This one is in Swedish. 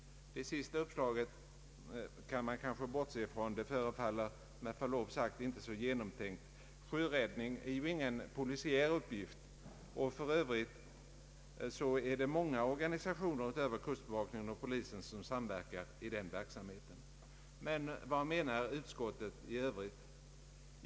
Det sista uppslaget kan man kanske bortse från — det förefaller med förlov sagt inte så genomtänkt. Sjöräddning är ju ingen polisiär uppgift, och för övrigt är det många organisationer utöver kustbevakningen och polisen som samverkar i den verksamheten. Men vad menar utskottet i övrigt?